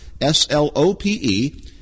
S-L-O-P-E